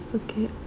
okay